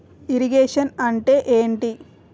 Irrigation అంటే ఏంటీ?